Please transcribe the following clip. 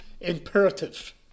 Imperative